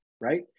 right